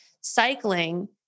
cycling